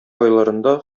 айларында